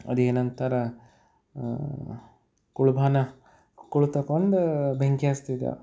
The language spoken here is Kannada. ಅದು ಏನಂತಾರೆ ಕುಳ್ಬಾನ ಕುಳ್ತ್ಕೊಂಡು ಬೆಂಕಿ ಹಚ್ತಿದ್ದೆವು